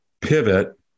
pivot